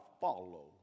follow